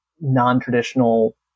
non-traditional